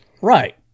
Right